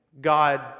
God